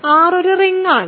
R ഒരു റിങ്ങാണ്